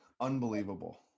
Unbelievable